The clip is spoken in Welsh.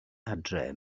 adre